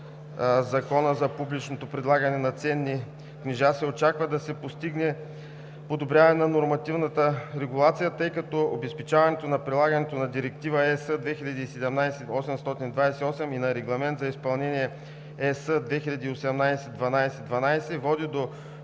Закона за публичното предлагане на ценни книжа се очаква да се постигне подобряване на нормативната регулация, тъй като обезпечаването на прилагането на Директива (ЕС) 2017/828 и на Регламент за изпълнение (ЕС) 2018/1212 води до